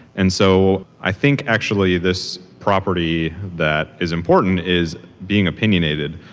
and so i think actually this property that is important is being opinionated.